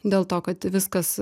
dėl to kad viskas